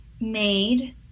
made